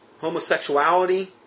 homosexuality